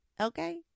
Okay